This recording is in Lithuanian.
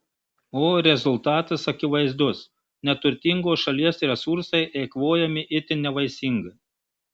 o rezultatas akivaizdus neturtingos šalies resursai eikvojami itin nevaisingai